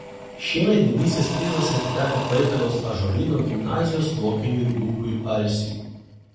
šiemet didysis prizas atiteko klaipėdos ąžuolyno gimnazijos mokiniui lukui alsiui